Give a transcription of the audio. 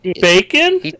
bacon